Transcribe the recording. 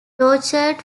tortured